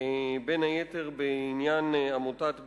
בין היתר בעניין עמותת "בצדק"